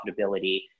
profitability